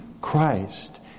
Christ